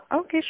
Okay